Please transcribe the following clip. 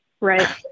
Right